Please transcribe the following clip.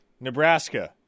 Nebraska